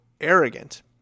arrogant